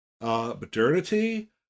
modernity